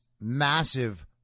massive